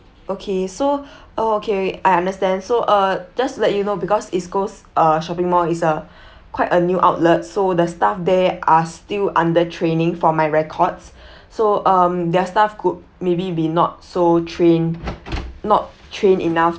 okay so uh okay I understand so uh just let you know because east coast uh shopping mall is a quite a new outlet so the staff there are still under training from my records so um their staff could maybe be not so trained not trained enough